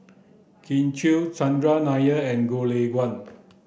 Kin Chui Chandran Nair and Goh Lay Kuan